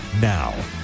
now